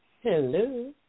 Hello